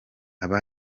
aba